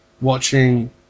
watching